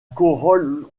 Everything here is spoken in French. corolle